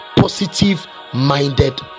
positive-minded